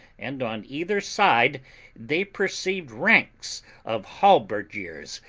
and on either side they perceived ranks of halberdiers,